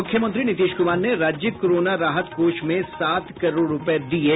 मुख्यमंत्री नीतीश कुमार ने राज्य कोरोना राहत कोष में सात करोड़ रुपये दिये